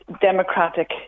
democratic